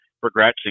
progressing